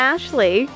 Ashley